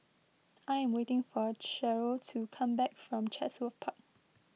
I am waiting for Cheryle to come back from Chatsworth Park